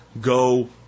Go